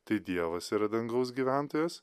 tai dievas yra dangaus gyventojas